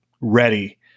ready